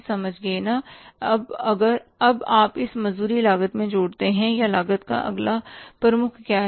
समझ गए ना अब आप इस मजदूरी लागत में जोड़ते हैं या लागत का अगला प्रमुख क्या है